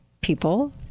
people